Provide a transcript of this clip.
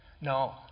no